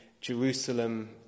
Jerusalem